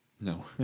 No